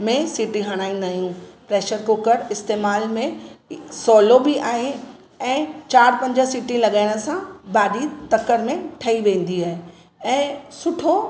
में सीटी हणाईंदा आहियूं प्रेशर कुकर इस्तेमालु में सवलो बि आहे ऐं चार पंज सीटी लॻाइण सां भाॼी तकड़ि में ठही वेंदी आहे ऐं सुठो